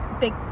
big